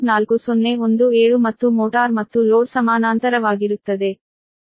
4017 ಮತ್ತು ಮೋಟಾರ್ ಮತ್ತು ಲೋಡ್ ಸಮಾನಾಂತರವಾಗಿರುತ್ತದೆ